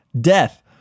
death